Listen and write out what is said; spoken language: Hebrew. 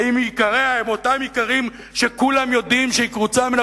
ועם אותם עיקרים שכולם יודעים שהיא קרוצה מהם,